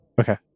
Okay